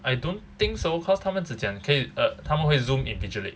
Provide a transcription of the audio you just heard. I don't think so cause 他们只讲 k~ uh 他们会 zoom invigilate